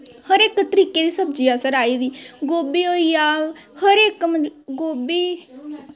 हर इक तरीके दी सब्जी असैं राही दी गोभी होइया हर इक मतलव गोभी